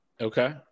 Okay